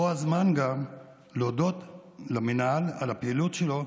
פה הזמן להודות למינהל על הפעילות שלו,